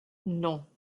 non